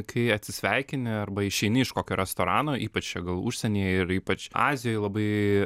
kai atsisveikini arba išeini iš kokio restorano ypač čia gal užsienyje ir ypač azijoj labai